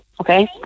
okay